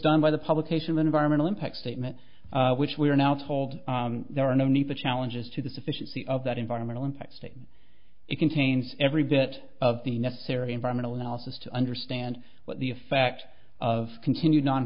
done by the publication the environmental impact statement which we are now told there are no need to challenges to the sufficiency of that environmental impact statement it contains every bit of the necessary environmental analysis to understand what the effect of continued non